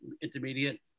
intermediate